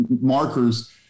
markers